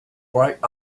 bright